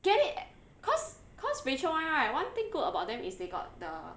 get it because because rachel [one] right one thing good about them is they got the